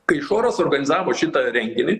kai choras organizavo šitą renginį